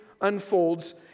unfolds